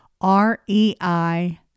R-E-I